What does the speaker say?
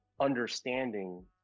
understanding